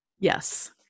Yes